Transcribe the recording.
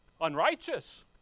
Unrighteous